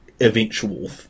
eventual